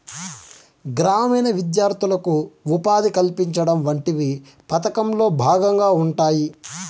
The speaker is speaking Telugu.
గ్రామీణ విద్యార్థులకు ఉపాధి కల్పించడం వంటివి పథకంలో భాగంగా ఉంటాయి